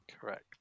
Correct